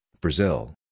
Brazil